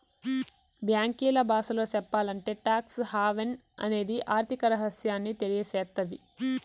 బ్యాంకీల బాసలో సెప్పాలంటే టాక్స్ హావెన్ అనేది ఆర్థిక రహస్యాన్ని తెలియసేత్తది